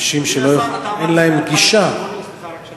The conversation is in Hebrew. אדוני השר, אתה